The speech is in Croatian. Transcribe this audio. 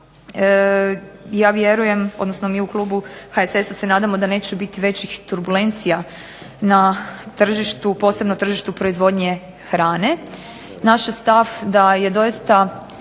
Ja vjerujem, odnosno mi u klubu HSS-a se nadamo da neće biti većih turbulencija na tržištu, posebno tržištu proizvodnje hrane. Naš je stav da je doista